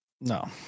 No